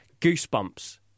goosebumps